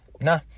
nah